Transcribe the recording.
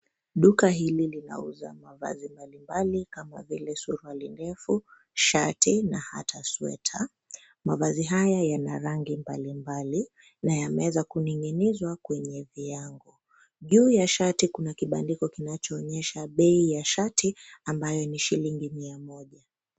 Duka hili linauza mavazi mbalimbali, kama vile suruali ndefu, shati na hata sweta. Mavazi haya yana rangi mbalimbali na yameweza kuning'inizwa kwenye viango. Juu ya shati kuna kibandiko kinachoonyesha bei ya shati ambayo ni shilingi mia moja.